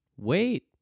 wait